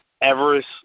Everest